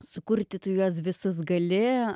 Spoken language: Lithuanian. sukurti tu juos visus gali